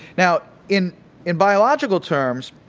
now, in in biological terms,